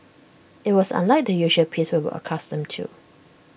IT was unlike the usual peace we were accustomed to